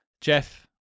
Jeff